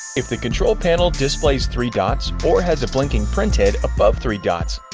if the control panel displays three dots or has a blinking printhead above three dots,